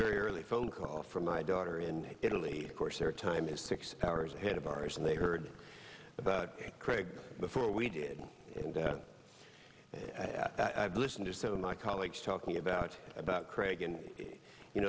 very early phone call from my daughter in italy coursera time is six hours ahead of ours and they heard about craig before we did and i've listened to some of my colleagues talking about about craig and you